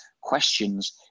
questions